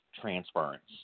transference